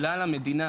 בגלל המדינה,